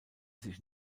sich